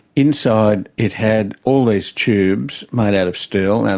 inside it had all these tubes made out of steel. and